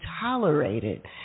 tolerated